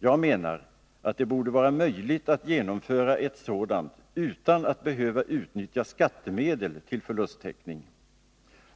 Jag menar att det borde vara möjligt att genomföra ett sådant utan att utnyttja skattemedel till förlusttäckning.